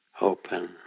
Open